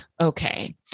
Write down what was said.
okay